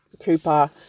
Cooper